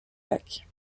lac